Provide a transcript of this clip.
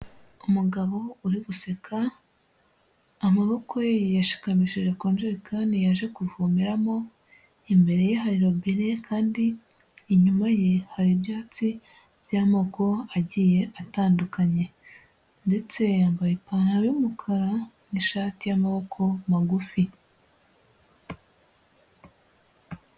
Umugabo uri guseka, amaboko ye yashikamishije ku njerekani yaje kuvomeramo, imbere ye hari robine kandi, inyuma ye hari ibyatsi, by'amoko agiye atandukanye. Ndetse yambaye ipantaro y'umukara, n'ishati y'amaboko magufi.